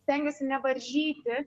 stengiuosi nevaržyti